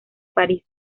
parís